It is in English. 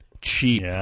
Cheap